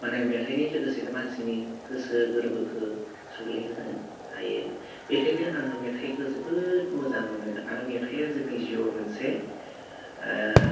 मााने मेथाइनि लोगोसेनो मानसिनि गोसो गोरबोखो सुग्लायहोनो हायो बेखायनो आङो मेथाइखो जोबोद मोजां मोनो आरो मेथाइआ जोंनि जिउआव मोनसे ओह